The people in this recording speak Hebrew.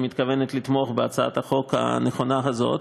מתכוונת לתמוך בהצעת החוק הנכונה הזאת.